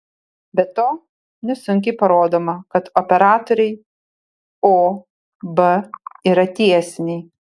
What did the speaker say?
be to nesunkiai parodoma kad operatoriai o b yra tiesiniai